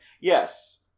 Yes